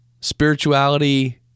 spirituality